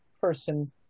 person